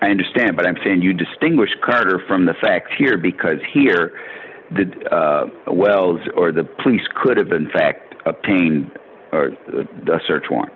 i understand but i'm saying you distinguish carter from the facts here because here the wells or the police could have been fact obtained a search warrant